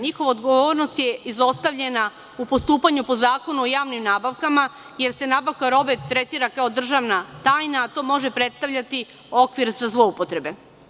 Njihova odgovornost je izostavljena u postupanju po Zakonu o javnim nabavkama, jer se nabavka robe tretira kao državna tajna, a to može predstavljati okvir za zloupotrebe.